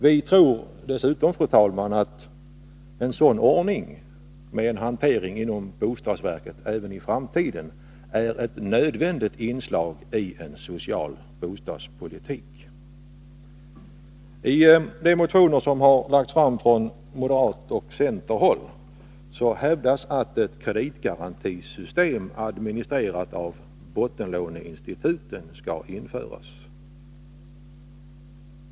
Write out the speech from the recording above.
Vi tror dessutom, fru talman, att en hantering inom bostadsverket även i framtiden är ett nödvändigt inslag i en social bostadspolitik. I de motioner som har väckts från moderatoch centerhåll hävdas att ett kreditgarantisystem, administrerat av bottenlåneinstituten, skall införas.